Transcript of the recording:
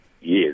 Yes